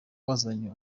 wazanye